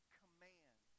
command